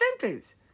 sentence